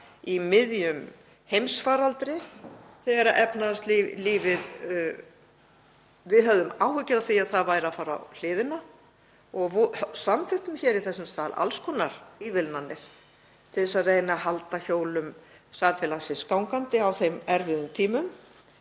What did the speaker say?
í miðjum heimsfaraldri þegar við höfðum áhyggjur af því að efnahagslífið væri að fara á hliðina og samþykktum hér í þessum sal alls konar ívilnanir til þess að reyna að halda hjólum samfélagsins gangandi á þeim erfiðu tímum.